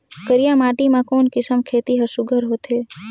करिया माटी मा कोन किसम खेती हर सुघ्घर होथे?